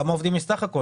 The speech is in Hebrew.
כמה עובדים יש בסך הכול?